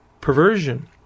perversion